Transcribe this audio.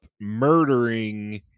murdering